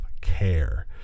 care